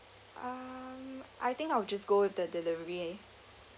um I think I will just go with the delivery